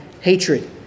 hatred